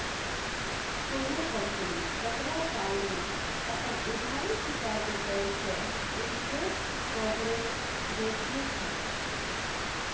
कोनो कंपनी कतबा काल मे अपन उधारी चुका देतेय सैह इंटरेस्ट कवरेज रेशियो छै